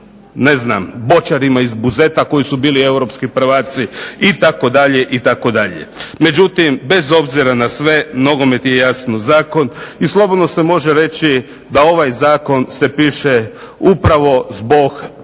Kostelićima, boćarima iz Buzeta koji su bili europski prvaci itd. Međutim, bez obzira na sve nogomet je jasno zakon i slobodno se može reći da ovaj zakon se piše upravo zbog prilika